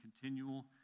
continual